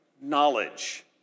knowledge